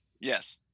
yes